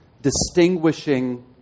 distinguishing